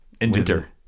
winter